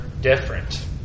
different